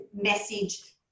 message